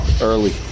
early